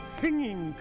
singing